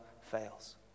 fails